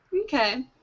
Okay